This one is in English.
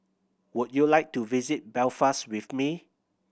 would you like to visit Belfast with me